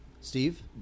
Steve